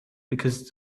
because